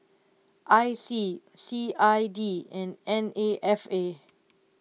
I C C I D and N A F A